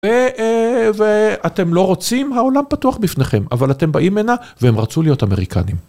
ואתם לא רוצים, העולם פתוח בפניכם, אבל אתם באים הנה והם רצו להיות אמריקנים.